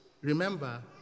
Remember